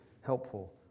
helpful